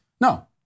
No